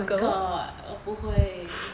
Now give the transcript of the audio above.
oh my god 我不会